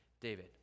David